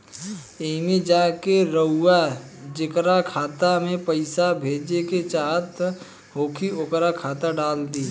एईमे जा के रउआ जेकरा खाता मे पईसा भेजेके चाहत होखी ओकर खाता डाल दीं